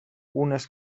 unes